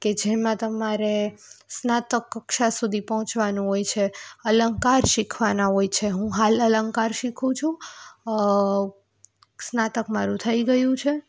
કે જેમાં તમારે સ્નાતક કક્ષા સુધી પહોંચવાનું હોય છે અલંકાર શીખવાના હોય છે હું હાલ અલંકાર શીખું છું સ્નાતક મારું થઈ ગયું છે